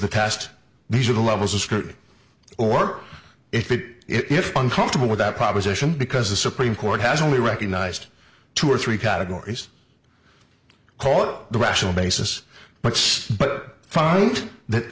the test these are the levels of scrutiny or if it if uncomfortable with that proposition because the supreme court has only recognized two or three categories called the rational basis but find that